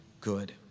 good